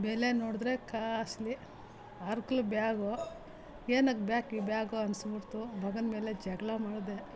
ಬೆಲೆ ನೋಡಿದ್ರೆ ಕಾಸ್ಟ್ಲಿ ಹರಕ್ಲು ಬ್ಯಾಗು ಏನಕ್ಕೆ ಬ್ಯಾಕು ಈ ಬ್ಯಾಗು ಅನಿಸ್ಬಿಡ್ತು ಮಗನ ಮೇಲೆ ಜಗಳ ಮಾಡ್ದೆ